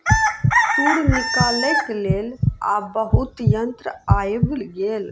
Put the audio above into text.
तूर निकालैक लेल आब बहुत यंत्र आइब गेल